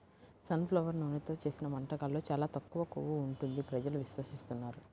sun flower నూనెతో చేసిన వంటకాల్లో చాలా తక్కువ కొవ్వు ఉంటుంది ప్రజలు విశ్వసిస్తున్నారు